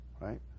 right